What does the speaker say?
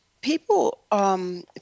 People –